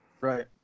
Right